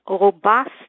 robust